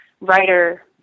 writer